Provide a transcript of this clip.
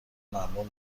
ممنون